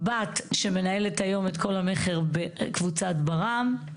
בת שמנהלת היום את כל המכר בקבוצת ברעם,